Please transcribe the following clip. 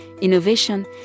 Innovation